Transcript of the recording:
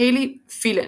היילי פילן,